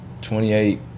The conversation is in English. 28